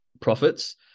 profits